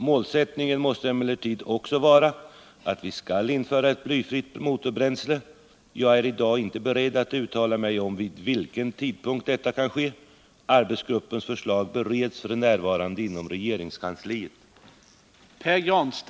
Målsättningen måste emellertid också vara att vi skall införa ett blyfritt motorbränsle. Jag är i dag inte beredd att uttala mig om vid vilken tidpunkt detta kan ske. Arbetsgruppens förslag bereds f. n. inom regeringskansliet.